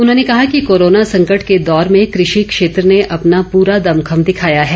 उन्होंने कहा कि कोरोना संकट के दौर में कृषि क्षेत्र ने अपना पूरा दमखम दिखाया है